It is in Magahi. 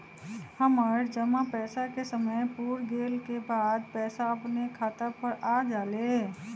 हमर जमा पैसा के समय पुर गेल के बाद पैसा अपने खाता पर आ जाले?